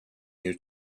you